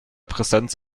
präsenz